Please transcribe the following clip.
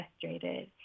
frustrated